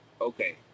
Okay